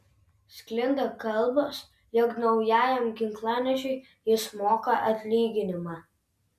sklinda kalbos jog naujajam ginklanešiui jis moka atlyginimą